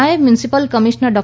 નાયબ municipal commissioner ડો